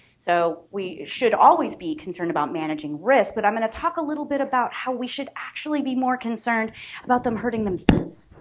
so we should always be concerned about managing risk but i'm gonna talk a little bit about how we should actually be more concerned about them hurting themselves.